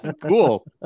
Cool